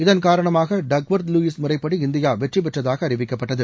இதன் காரணமாக Duckworth Lewis முறைப்படி இந்தியா வெற்றி பெற்றதாக அறிவிக்கப்பட்டது